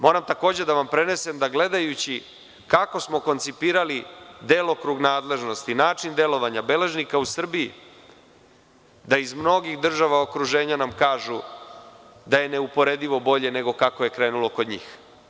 Moram da vam prenesem, gledajući kako smo koncipirali delokrug nadležnosti, način delovanja beležnika u Srbiji, da iz mnogih država okruženja nam kažu da je neuporedivo bolje nego kako je krenulo kod njih.